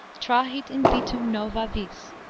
trahit invitum nova vis,